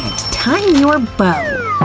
tying your bow. ah,